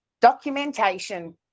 documentation